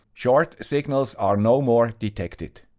short signals are no more detected.